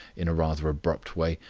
in a rather abrupt way.